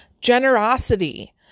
Generosity